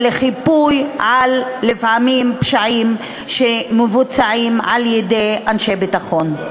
ולפעמים לחיפוי על פשעים שמבוצעים על-ידי אנשי ביטחון.